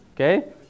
Okay